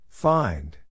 Find